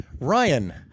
Ryan